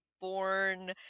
born